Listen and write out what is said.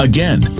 Again